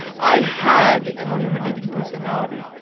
i had an illuminating personality!